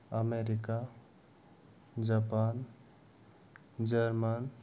America Japan Germany